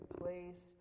place